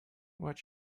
what